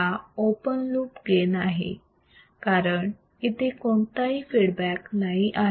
हा open loop gain आहे कारण इथे कोणताही फीडबॅक नाही आहे